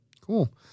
Cool